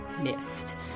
missed